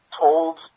told